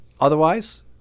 Otherwise